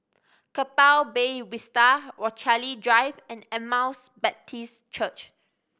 Keppel Bay Vista Rochalie Drive and Emmaus Baptist Church